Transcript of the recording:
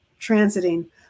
transiting